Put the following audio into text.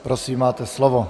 Prosím, máte slovo.